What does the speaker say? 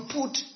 put